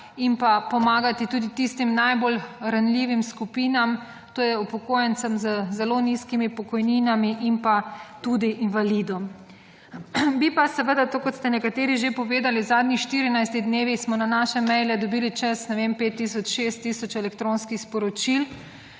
in pa pomagati tudi tistim najbolj ranljivim skupinam, to je upokojencem z zelo nizkimi pokojninami in pa tudi invalidom. Bi pa seveda to, kot ste nekateri že povedali, v zadnjih 14 dneh smo na naše maile dobili čez, ne vem, 5 tisoč, 6 tisoč elektronskih sporočil.